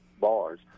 bars